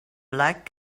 black